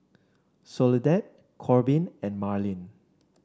Soledad Korbin and Marlin